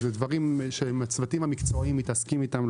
אלה דברים שהצוותים המקצועיים מתעסקים בהם,